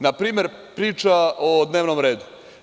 Na primer, priča o dnevnom redu.